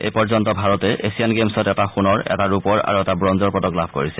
এই পৰ্যন্ত ভাৰতে এছিয়ান গেমছত এটা সোণৰ এটা ৰূপৰ আৰু এটা ব্ৰঞ্জৰ পদক লাভ কৰিছে